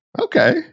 okay